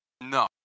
No